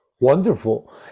Wonderful